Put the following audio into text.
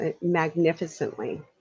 magnificently